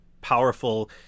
powerful